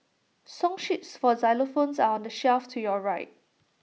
song sheets for xylophones are on the shelf to your right